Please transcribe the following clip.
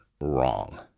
wrong